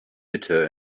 bitter